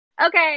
okay